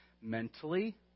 mentally